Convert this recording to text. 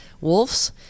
wolves